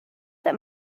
that